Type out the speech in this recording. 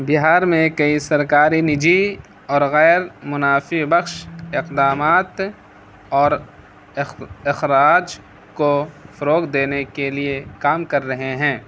بہار میں کئی سرکاری نجی اور غیر منافی بخش اقدامات اور اخ اخراج کو فروغ دینے کے لیے کام کر رہے ہیں